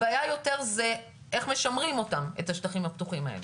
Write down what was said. הבעיה יותר היא איך משמרים את השטחים הפתוחים האלה.